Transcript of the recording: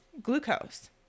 glucose